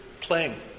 playing